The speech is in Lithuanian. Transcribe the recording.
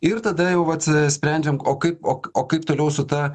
ir tada jau vat sprendžiam o kaip ok o kaip toliau su ta